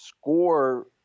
score